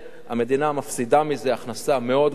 המדינה מפסידה מזה הכנסה מאוד גבוהה,